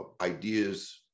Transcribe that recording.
ideas